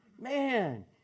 Man